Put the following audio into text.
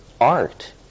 art